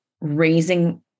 raising